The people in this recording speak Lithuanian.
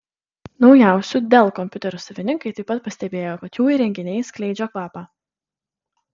naujausių dell kompiuterių savininkai taip pat pastebėjo kad jų įrenginiai skleidžia kvapą